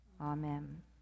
Amen